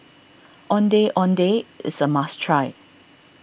Ondeh Ondeh is a must try